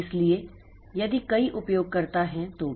इसलिए यदि कई उपयोगकर्ता हैं तो भी